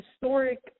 historic